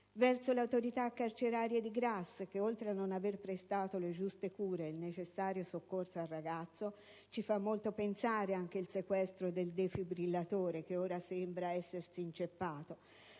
verso le autorità carcerarie di Grasse che, oltre a non aver prestato le giuste cure e il necessario soccorso al ragazzo - ci fa molto pensare anche il sequestro del defibrillatore, che ora sembra essersi inceppato